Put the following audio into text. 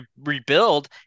rebuild